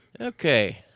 okay